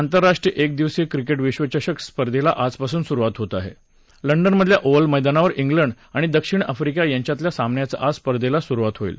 आंतरराष्ट्रीय एकदिवसीय क्रिकेटी विश्वचषक स्पर्धेला आजपासून सुरुवात होत आह लंडनमधल्या ओव्हल मैदानावर क्लंड आणि दक्षिण आफ्रिका यांच्यातल्या सामन्यानं आज स्पर्धेला सुरुवात होईल